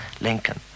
Lincoln